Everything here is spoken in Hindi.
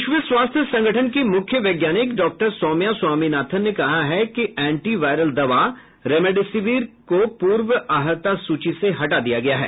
विश्व स्वास्थ्य संगठन की मुख्य वैज्ञानिक डॉक्टर सौम्या स्वामीनाथन ने कहा कि एंटीवायरल दवा रेमडेसिवीर को पूर्व अहर्ता सूची से हटा दिया गया है